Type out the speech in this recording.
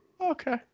okay